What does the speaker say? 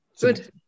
Good